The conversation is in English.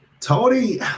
Tony